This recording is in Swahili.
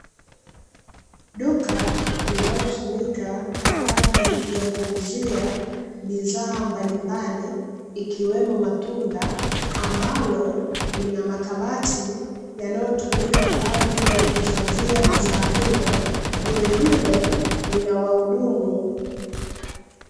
Duka linalotumika kwa ajili ya kuuzia bidhaa mbalimbali, ikiwemo matunda ambalo linamakabati yanayotumika kwa ajili hakuhifadhia bidhaa hizo, vilevile lina wahudumu.